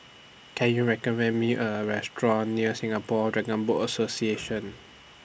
Can YOU recommend Me A Restaurant near Singapore Dragon Boat Association